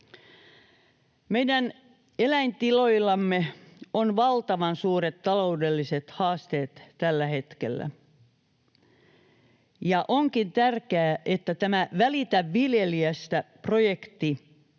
Meidän eläintiloillamme on valtavan suuret taloudelliset haasteet tällä hetkellä, ja onkin tärkeää, että tämä Välitä viljelijästä ‑projekti